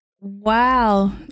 wow